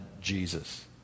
Jesus